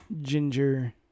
ginger